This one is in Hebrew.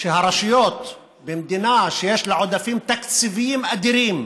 שהרשויות במדינה שיש לה עודפים תקציביים אדירים,